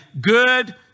good